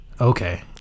Okay